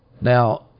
Now